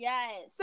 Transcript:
Yes